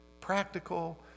practical